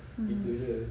mm